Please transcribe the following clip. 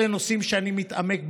אלה נושאים שאני מתעמק בהם,